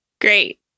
Great